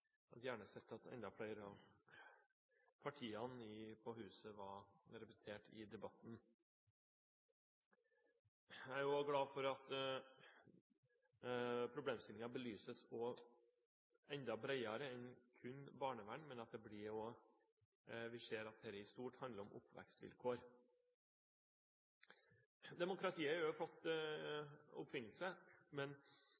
hadde gjerne sett at enda flere av partiene på huset hadde vært representert i debatten. Jeg er også glad for at problemstillingen belyses enda bredere enn kun med barnevern, men at vi ser at dette i stort handler om oppvekstvilkår. Demokratiet